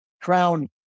crown